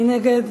מי נגד?